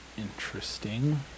interesting